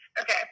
Okay